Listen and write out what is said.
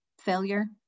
failure